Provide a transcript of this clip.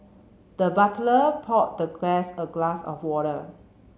the butler poured the guest a glass of water